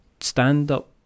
stand-up